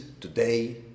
today